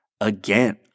again